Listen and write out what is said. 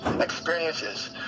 experiences